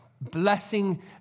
blessing